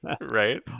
right